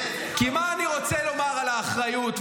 כי מה אני רוצה לומר על האחריות,